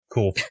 Cool